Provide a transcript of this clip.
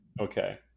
okay